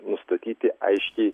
nustatyti aiškiai